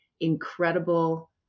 incredible